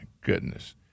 goodness